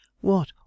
What